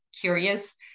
curious